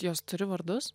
jos turi vardus